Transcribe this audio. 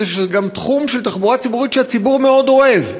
שזה גם תחום של תחבורה ציבורית שהציבור מאוד אוהב.